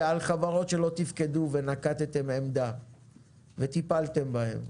על חברות שלא תפקדו ונקטתם עמדה וטיפלתם בהן.